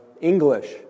English